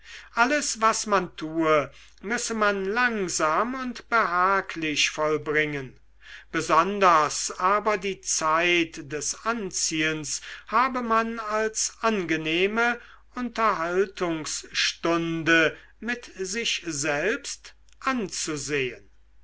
alles was man tue müsse man langsam und behaglich vollbringen besonders aber die zeit des anziehens habe man als angenehme unterhaltungsstunde mit sich selbst anzusehen